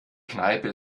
kneipe